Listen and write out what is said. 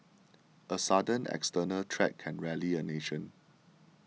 a sudden external threat can rally a nation